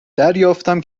دریافتم